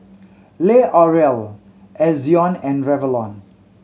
L'Oreal Ezion and Revlon